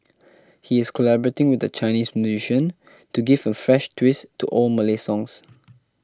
he is collaborating with a Chinese musician to give a fresh twist to old Malay songs